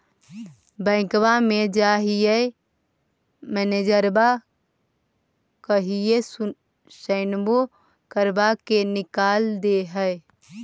बैंकवा मे जाहिऐ मैनेजरवा कहहिऐ सैनवो करवा के निकाल देहै?